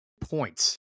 points